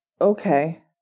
okay